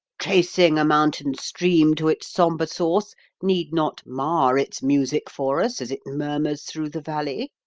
tracing a mountain stream to its sombre source need not mar its music for us as it murmurs through the valley,